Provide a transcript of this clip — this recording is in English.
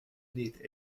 beneath